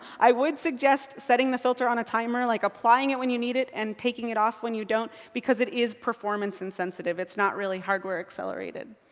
i would suggest setting the filter on a timer. like, applying it when you need it and taking it off when you don't, because it is performance insensitive. it's not really hardware accelerated.